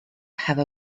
have